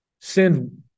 send